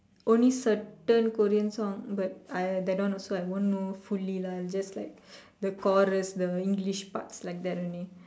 only certain Korean song but I that one also I won't know fully also lah I'll just like the chorus the English parts like that only